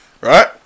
right